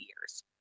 years